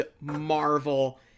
marvel